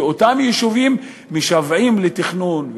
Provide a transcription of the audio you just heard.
ואותם יישובים משוועים לתכנון,